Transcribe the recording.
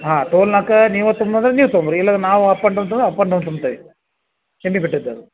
ಹಾಂ ಟೋಲ್ನಾಕ ನೀವು ತುಂಬಿ ಅಂದ್ರೆ ನೀವು ತುಂಬಿರಿ ಇಲ್ಲಾಂದ್ರೆ ನಾವು ಅಪ್ ಆ್ಯಂಡ್ ಡೌನ್ ಅಂದ್ರೆ ಅಪ್ ಆ್ಯಂಡ್ ಡೌನ್ ತುಂಬ್ತೇವೆ ನಿಮಗೆ ಬಿಟ್ಟಿದ್ದು ಅದು